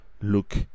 look